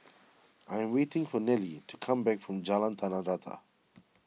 I am waiting for Nelie to come back from Jalan Tanah Rata